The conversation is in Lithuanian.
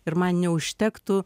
ir man neužtektų